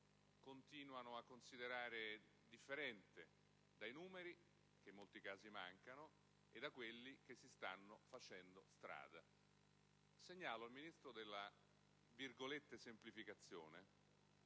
continuano a considerare differente dai numeri, che in molti caso mancano, e da quelli che si stanno facendo strada. Segnalo al Ministro della semplificazione